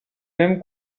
mêmes